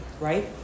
right